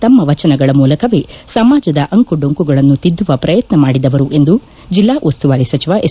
ತಮ್ಮ ವಚನಗಳ ಮೂಲಕವೇ ಸಮಾಜದ ಅಂಕು ಡೊಂಕುಗಳನ್ನು ತಿದ್ದುವ ಪ್ರಯತ್ನ ಮಾಡಿದವರು ಎಂದು ಜಿಲ್ಲಾ ಉಸ್ತುವಾರಿ ಸಚಿವ ಎಸ್